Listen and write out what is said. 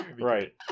Right